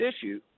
issue